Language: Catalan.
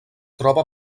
troba